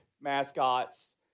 mascots